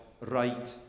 right